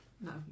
No